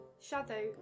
Shadow